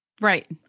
Right